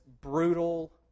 brutal